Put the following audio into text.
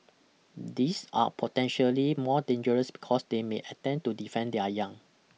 these are potentially more dangerous because they may attempt to defend their young